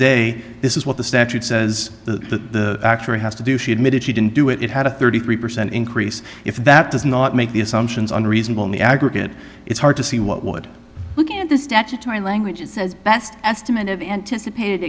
day this is what the statute says the actor has to do she admitted she didn't do it it had a thirty three percent increase if that does not make the assumptions unreasonable in the aggregate it's hard to see what would look at the statutory language it says best estimate of anticipated